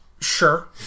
Sure